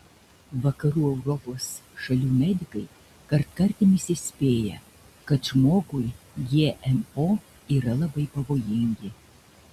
vakarų europos šalių medikai kartkartėmis įspėja kad žmogui gmo yra labai pavojingi